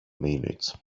minutes